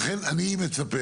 לכן אני מצפה,